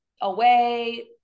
away